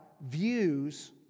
views